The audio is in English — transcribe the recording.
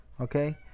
Okay